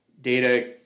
Data